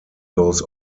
goes